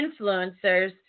influencers